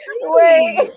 Wait